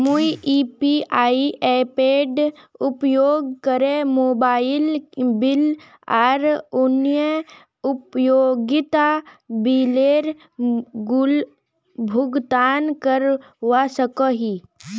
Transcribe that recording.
मुई यू.पी.आई एपेर उपयोग करे मोबाइल बिल आर अन्य उपयोगिता बिलेर भुगतान करवा सको ही